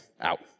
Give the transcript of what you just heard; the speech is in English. out